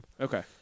Okay